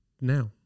now